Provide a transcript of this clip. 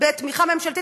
בתמיכה ממשלתית,